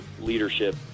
leadership